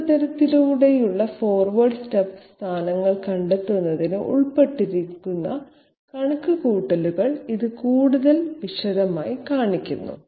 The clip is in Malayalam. ഒരു പ്രതലത്തിലൂടെയുള്ള ഫോർവേഡ് സ്റ്റെപ്പ് സ്ഥാനങ്ങൾ കണ്ടെത്തുന്നതിന് ഉൾപ്പെട്ടിരിക്കുന്ന കണക്കുകൂട്ടലുകൾ ഇത് കൂടുതൽ വിശദമായി കാണിക്കുന്നു